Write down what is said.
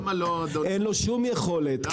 אין לו שום יכולת.